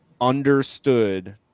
understood